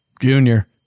Junior